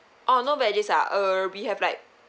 uh no veggies err we have like